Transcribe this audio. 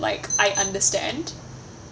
like I understand